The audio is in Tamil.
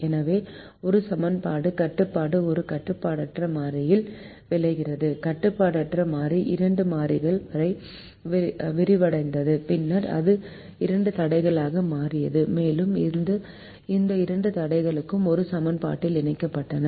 எனவே ஒரு சமன்பாடு கட்டுப்பாடு ஒரு கட்டுப்பாடற்ற மாறியில் விளைகிறது கட்டுப்பாடற்ற மாறி இரண்டு மாறிகள் வரை விரிவடைந்தது பின்னர் அது இரண்டு தடைகளாக மாறியது மேலும் இந்த இரண்டு தடைகளும் ஒரு சமன்பாட்டில் இணைக்கப்பட்டன